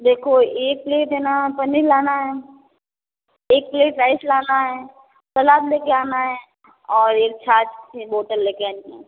देखो एक प्लैट है न पनीर लाना है एक प्लैट राइस लाना है सलाद ले के आना है और एक छाछ की बोतल लेके आनी है